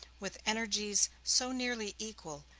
with energies so nearly equal,